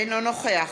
אינו נוכח